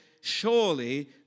surely